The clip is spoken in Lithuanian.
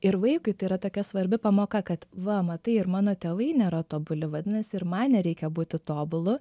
ir vaikui tai yra tokia svarbi pamoka kad va matai ir mano tėvai nėra tobuli vadinasi ir man nereikia būti tobulu